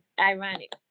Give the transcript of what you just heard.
ironic